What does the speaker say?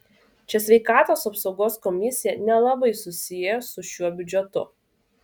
čia sveikatos apsaugos komisija nelabai susiejo su šiuo biudžetu